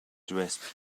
dressed